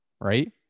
right